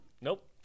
Nope